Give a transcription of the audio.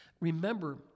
Remember